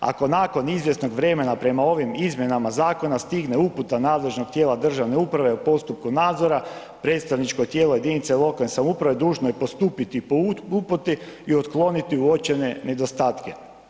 Ako nakon izvjesnog vremena prema ovim izmjenama zakona stigne uputa nadležnog tijela državne uprave o postupku nadzora, predstavničko tijelo jedinica lokalne samouprave dužno je postupiti po uputi i otkloniti uočene nedostatke.